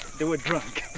they were drunk!